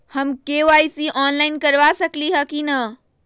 हम KYC online करवा सकली ह कि न?